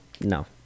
No